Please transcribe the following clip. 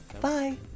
Bye